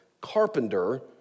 carpenter